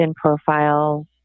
profiles